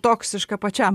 toksiška pačiam